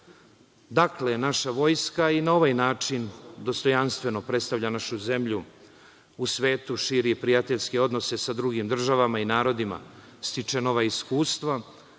Dakle, naša vojska i na ovaj način dostojanstveno predstavlja našu zemlju, u svetu širi prijateljske odnose sa drugim državama i narodima, stiče nova iskustva